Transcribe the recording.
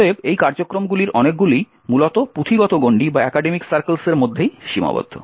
অতএব এই কার্যক্রমগুলির অনেকগুলিই মূলত পুঁথিগত গন্ডির মধ্যেই সীমাবদ্ধ